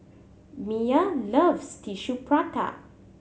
Miya loves Tissue Prata